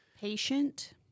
patient